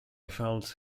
felt